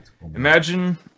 imagine